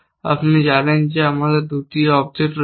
আপনি জানেন যে আমাদের কাছে 2টি অবজেক্ট আছে